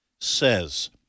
says